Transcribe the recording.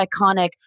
iconic